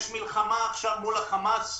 יש מלחמה עכשיו מול החמאס.